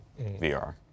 VR